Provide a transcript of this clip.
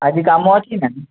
ଆଜି କାମ ଅଛିନା